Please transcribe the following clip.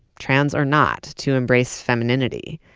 trans or not, to embrace femininity.